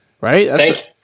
right